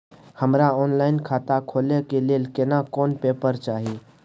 हमरा ऑनलाइन खाता खोले के लेल केना कोन पेपर चाही?